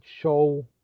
show